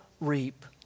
reap